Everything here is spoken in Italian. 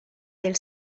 del